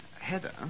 Heather